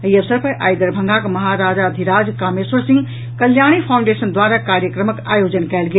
एहि अवसर पर आइ दरभंगाक महाराजाधिराज कामेश्वर सिंह कल्याणी फाउंडेशन द्वारा कार्यक्रमक आयोजन कयल गेल